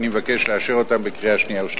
אני מבקש לאשר את הצעת